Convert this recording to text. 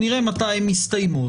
נראה מתי הן מסתיימות.